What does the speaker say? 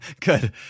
Good